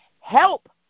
help